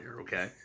okay